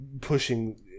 pushing